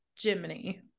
Jiminy